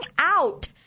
out